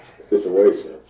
situation